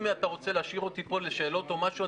אם אתה רוצה להשאיר אותי פה לשאלות או משהו,